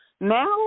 Now